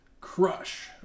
Crush